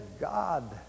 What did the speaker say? God